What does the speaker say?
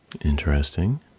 Interesting